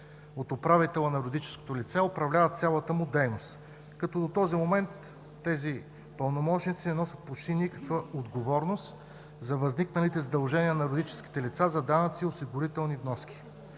от управителя на юридическото лице, управлява цялата му дейност, като до този момент тези пълномощници не носят почти никаква отговорност за възникналите задължения на юридическите лица за данъци и осигурителни вноски.